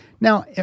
Now